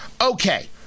okay